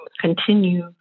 continue